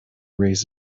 raise